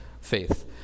faith